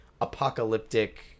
apocalyptic